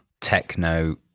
techno